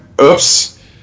oops